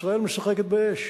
ישראל משחקת באש,